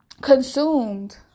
consumed